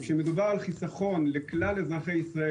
כשמדובר על חיסכון לכלל אזרחי ישראל